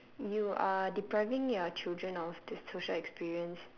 you are depriving your children of the social experience